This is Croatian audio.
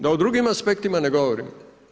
Da o drugim aspektima ne govorim.